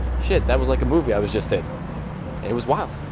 shit, that was like a movie i was just in. and it was wild.